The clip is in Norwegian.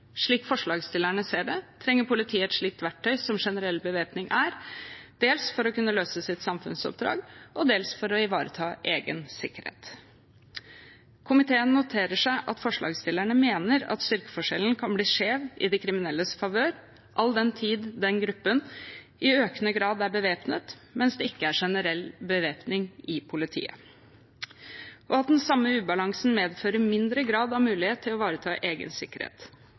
Slik forslagsstillerne ser det, trenger politiet et slikt verktøy som generell bevæpning er, dels for å kunne løse sitt samfunnsoppdrag og dels for å ivareta egen sikkerhet. Komiteen noterer seg at forslagsstillerne mener at styrkeforskjellen kan bli skjev i de kriminelles favør, all den tid den gruppen i økende grad er bevæpnet, mens det ikke er generell bevæpning i politiet, og at den samme ubalansen medfører mindre grad av mulighet til å ivareta egen sikkerhet.